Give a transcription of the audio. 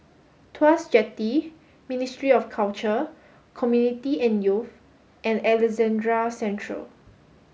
Tuas Jetty Ministry of Culture Community and Youth and Alexandra Central